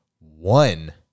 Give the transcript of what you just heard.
one